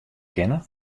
kinne